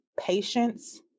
patience